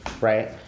right